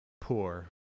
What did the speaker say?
poor